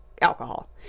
alcohol